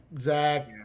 Zach